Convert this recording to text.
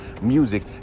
music